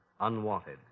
unwanted